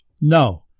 No